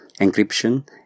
encryption